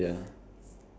ya